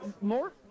More